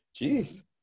Jeez